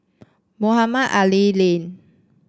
Mohamed Ali Lane